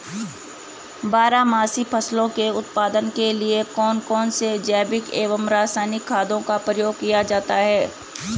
बारहमासी फसलों के उत्पादन के लिए कौन कौन से जैविक एवं रासायनिक खादों का प्रयोग किया जाता है?